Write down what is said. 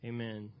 Amen